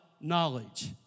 knowledge